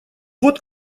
вот